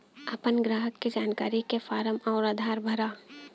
आपन ग्राहक के जानकारी के फारम अउर आधार भरा